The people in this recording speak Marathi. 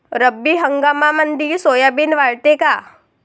रब्बी हंगामामंदी सोयाबीन वाढते काय?